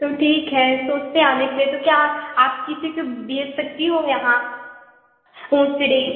तो ठीक है सोचते है आने के लिए तो क्या आप किसी को भेज सकती हो यहाँ ऊंचड़ी